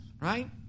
right